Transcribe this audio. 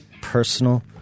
personal